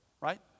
right